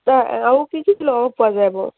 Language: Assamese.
আৰু কি কি ফুলৰ লগত পোৱা যাব